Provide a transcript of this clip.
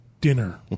dinner